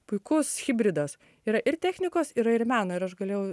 puikus hibridas yra ir technikos yra ir meno ir aš galėjau